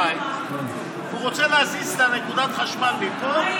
הוא רוצה להזיז נקודת חשמל מפה לפה,